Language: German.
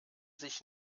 sich